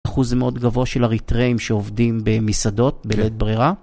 אחוז מאוד גבוה של אריטראים שעובדים במסעדות בלית ברירה.